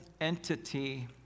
entity